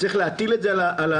צריך להטיל את זה על המכללות